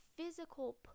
physical